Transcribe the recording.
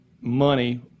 money